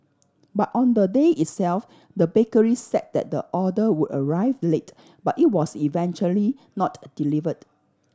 but on the day itself the bakery said that the order would arrive late but it was eventually not delivered